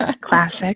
classic